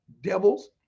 devils